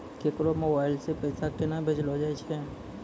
केकरो मोबाइल सऽ पैसा केनक भेजलो जाय छै?